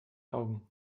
augen